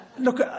look